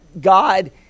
God